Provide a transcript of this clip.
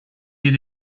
did